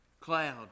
cloud